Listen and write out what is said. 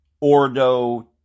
Ordo